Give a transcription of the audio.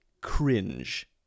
cringe